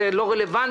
זה לא רלוונטי.